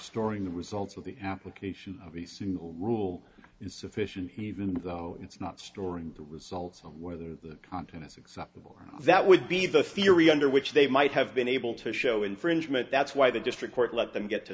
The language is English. storing the results of the application of the single rule is sufficient even though it's not storing the results of whether the contents accept well that would be the theory under which they might have been able to show infringement that's why the district court let them get to